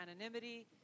anonymity